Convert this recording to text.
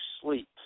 sleep